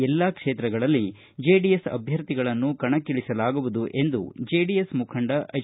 ಎಲ್ಲಾ ಕ್ಷೇತ್ರದಲ್ಲಿ ಚೆಡಿಎಸ್ ಅಭ್ವರ್ಥಿಗಳನ್ನು ಕಣಕ್ಕಿಳಿಸಲಾಗುವುದು ಎಂದು ಜೆಡಿಎಸ್ ಮುಖಂಡ ಎಚ್